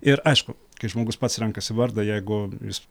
ir aišku kai žmogus pats renkasi vardą jeigu jis